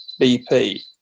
BP